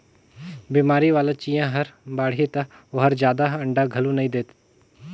बेमारी वाला चिंया हर बाड़ही त ओहर जादा अंडा घलो नई दे